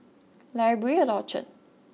library at Orchard